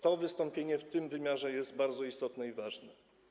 To wystąpienie w tym wymiarze jest bardzo istotne i ważne.